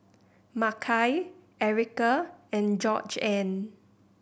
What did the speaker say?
Makai Ericka and Georgeann